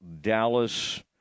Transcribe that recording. Dallas